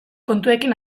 kontuekin